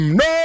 no